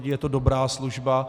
Je to dobrá služba.